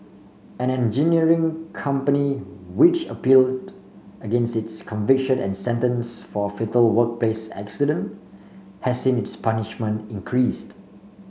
an engineering company which appealed against its conviction and sentence for fatal workplace accident has seen its punishment increased